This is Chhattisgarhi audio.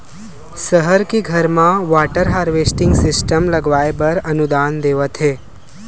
सहर के घर म वाटर हारवेस्टिंग सिस्टम लगवाए बर अनुदान देवत हे